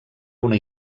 una